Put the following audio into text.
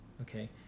Okay